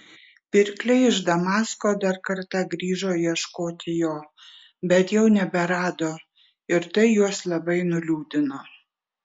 pirkliai iš damasko dar kartą grįžo ieškoti jo bet jau neberado ir tai juos labai nuliūdino